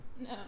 No